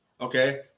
Okay